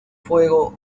fuego